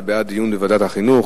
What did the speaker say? זה בעד דיון בוועדת החינוך,